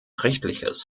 rechtliches